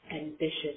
ambitious